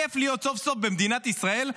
כיף להיות סוף-סוף במדינת ישראל,